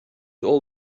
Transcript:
all